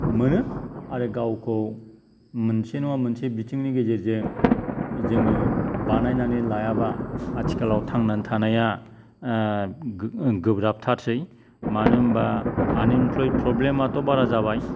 मोनो आरो गावखौ मोनसे नङा मोनसे बिथिंनि गेजेरजों जोङो बानायनानै लायाबा आथिखालाव थांनानै थानाया गोब्राबथारसै मानो होनबा आनइमप्लयेड प्रब्लेमाथ' बारा जाबाय